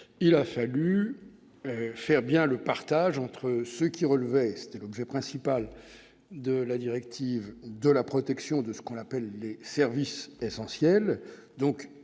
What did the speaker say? il a fallu faire la part de ce qui relevait- c'était l'objet principal de la directive -de la protection de ce qu'on appelle les services essentiels,